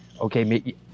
okay